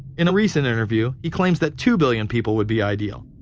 in a recent interview, he claims that two billion people would be ideal.